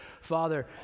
Father